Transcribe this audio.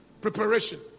preparation